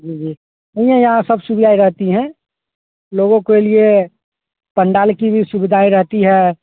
जी जी भैया यहाँ सब सुविधाएँ रहती हैं लोगों के लिए पंडाल की भी सुविधाएँ रहती है